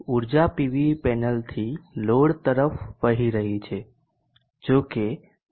ઊર્જા પીવી પેનલથી લોડ તરફ વહી રહી છે